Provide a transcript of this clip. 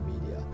media